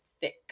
thick